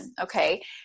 Okay